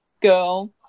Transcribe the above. girl